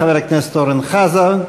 חבר הכנסת אורן חזן.